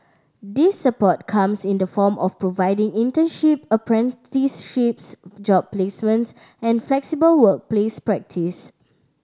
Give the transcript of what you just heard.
this support comes in the form of providing internship apprenticeships job placements and flexible workplace practice